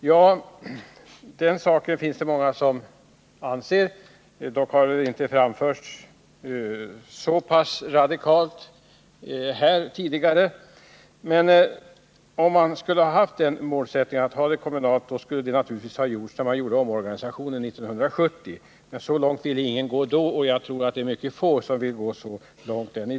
Ja, det finns många som anser det; dock har det förslaget inte framförts så pass radikalt här tidigare. Men om man hade haft målsättningen att bedriva verksamheten i kommunal regi skulle detta naturligtvis ha genomförts redan vid omorganisationen 1970. Så långt ville ingen gå då, och jag tror det är mycket få som vill gå så långt nu.